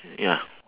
ya